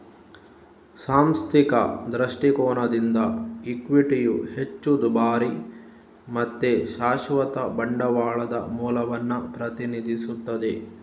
ಸಾಂಸ್ಥಿಕ ದೃಷ್ಟಿಕೋನದಿಂದ ಇಕ್ವಿಟಿಯು ಹೆಚ್ಚು ದುಬಾರಿ ಮತ್ತೆ ಶಾಶ್ವತ ಬಂಡವಾಳದ ಮೂಲವನ್ನ ಪ್ರತಿನಿಧಿಸ್ತದೆ